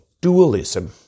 dualism